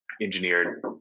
engineered